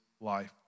life